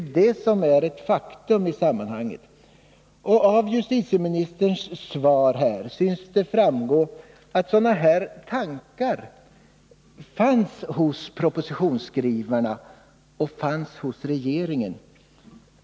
Det är det som är ett faktum i samman Av justitieministerns svar synes det framgå att sådana här tankar fanns hos propositionsskrivarna och inom regeringen.